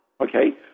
okay